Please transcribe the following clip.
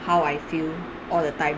how I feel all the time